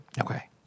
Okay